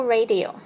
Radio